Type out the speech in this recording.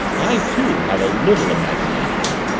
i, too, have a little imagination!